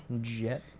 Jet